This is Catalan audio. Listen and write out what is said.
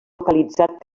localitzat